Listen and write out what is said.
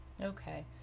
Okay